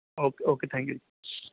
okay okay thank you